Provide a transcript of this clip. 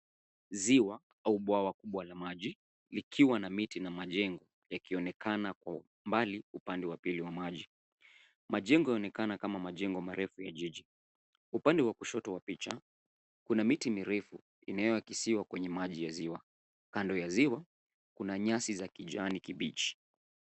Ziwa au bwawa kubwa la maji likiwa na miti na majengo yakionekna kwa umbali upande wa pili wa maji. Majengo yaonekana kama majengo marefu ya jiji. Upande wa kushoto wa picha kuna miti mirefu inayoakisiwa kwenye maji ya ziwa. Kando ya ziwa kuna nyasi za kijani kibichi.